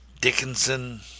Dickinson